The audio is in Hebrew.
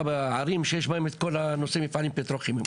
בערים שיש בהם את כל הנושא של מפעלים פטרוכימיים,